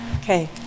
Okay